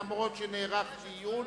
אף-על-פי שנערך דיון,